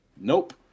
Nope